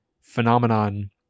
phenomenon